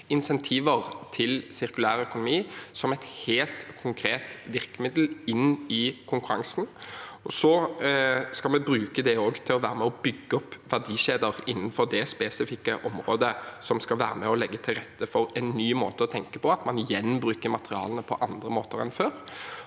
insentiver til sirkulærøkonomi som et helt konkret virkemiddel i konkurransen. Vi skal bruke det til å være med og bygge opp verdikjeder innenfor det spesifikke området, som skal være med og legge til rette for en ny måte å tenke på, at man gjenbruker materialene på andre måter enn før.